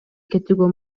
кетүүгө